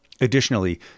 Additionally